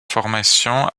formations